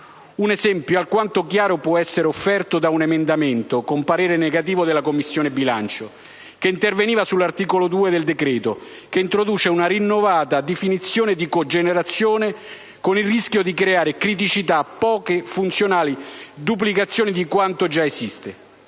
Un esempio alquanto chiaro può essere offerto da un emendamento, su cui la Commissione bilancio ha espresso parere negativo, all'articolo 2 del decreto-legge che introduce una rinnovata definizione di cogenerazione con il rischio di creare criticità e poco funzionali duplicazioni di quanto già esistente.